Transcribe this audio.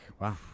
wow